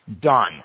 Done